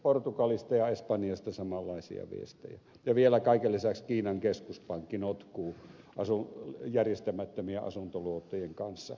portugalista ja espanjasta on tullut samanlaisia viestejä ja vielä kaiken lisäksi kiinan keskuspankki notkuu järjestämättömien asuntoluottojen kanssa